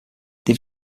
they